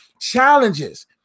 challenges